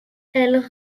elle